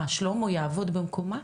מה, שלמה יעבוד במקומה?